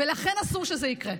ולכן אסור שזה יקרה.